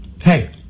Hey